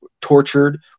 tortured